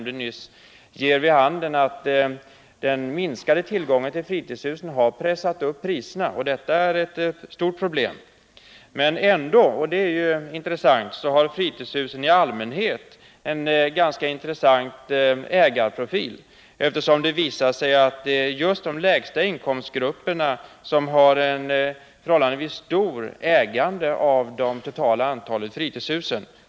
Det ger vid handen att den minskade tillgången på fritidshus har pressat upp priserna, och det är ett stort problem. Men ändå — och det är intressant — har fritidshusen i allmänhet en ganska intressant ägarprofil, eftersom det visar sig att just de lägsta inkomstgrupperna har ett förhållandevis stort ägande av det totala antalet fritidshus.